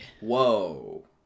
Whoa